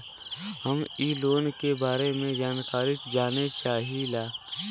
हम इ लोन के बारे मे जानकारी जाने चाहीला?